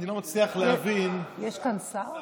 אני לא מצליח להבין, יש כאן שרה?